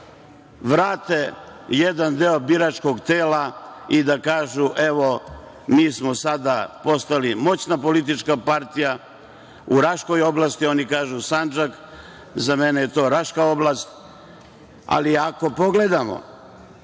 da vrate jedan deo biračkog tela i da kažu - evo mi smo sada postali moćna politička partija u Raškoj oblasti, oni kažu Sandžak, za mene je to Raška oblast. Ako pogledamo